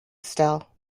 still